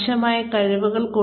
ആവശ്യമായ കഴിവുകൾ